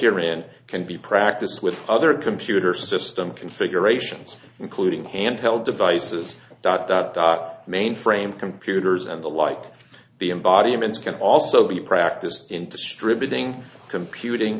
here and can be practice with other computer system configurations including handheld devices dot dot dot mainframe computers and the like the embodiments can also be practiced into stripping computing